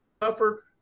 tougher